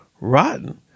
rotten